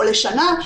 או לשנה.